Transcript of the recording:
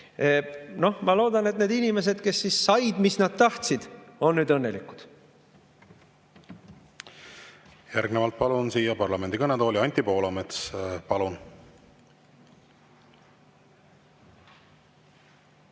Noh, ma loodan, et need inimesed, kes said, mis nad tahtsid, on nüüd õnnelikud. Järgnevalt palun siia parlamendi kõnetooli Anti Poolametsa. Palun!